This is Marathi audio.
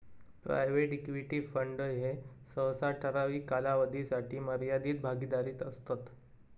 प्रायव्हेट इक्विटी फंड ह्ये सहसा ठराविक कालावधीसाठी मर्यादित भागीदारीत असतत